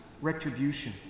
retribution